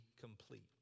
complete